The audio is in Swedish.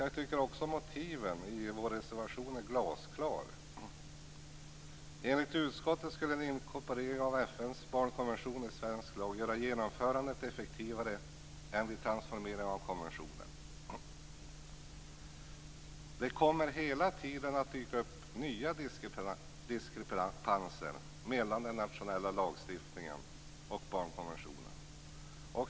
Jag tycker också att motiven i vår reservation är glasklara. Enligt utskottet skulle en inkorporering av FN:s barnkonvention i svensk lag göra genomförandet effektivare än vid transformering av konventionen. Det kommer hela tiden att dyka upp nya diskrepanser mellan den nationella lagstiftningen och barnkonventionen.